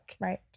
Right